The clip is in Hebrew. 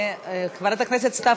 חברת הכנסת סתיו